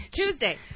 Tuesday